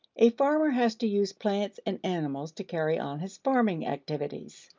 a farmer has to use plants and animals to carry on his farming activities.